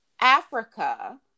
Africa